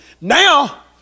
Now